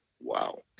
Wow